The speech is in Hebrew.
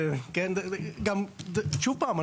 שוב פעם,